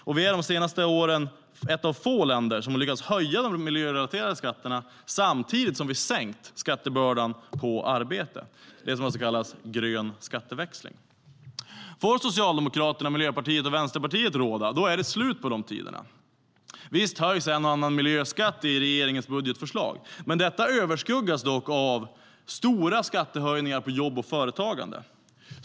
Sverige har de senaste åren varit ett av få länder som lyckats höja de miljörelaterade skatterna och samtidigt sänka skattebördan på arbete - det som kallas grön skatteväxling. Får Socialdemokraterna, Miljöpartiet och Vänsterpartiet råda är det slut på de tiderna. Visst höjs en och annan miljöskatt i regeringens budgetförslag, men detta överskuggas av stora skattehöjningar på jobb och företagande.